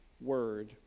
word